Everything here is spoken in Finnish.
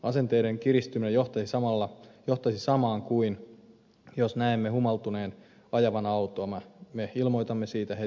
asenteiden kiristyminen johtaisi samaan kuin periaate että jos näemme humaltuneen ajavan autoa me ilmoitamme siitä heti poliisille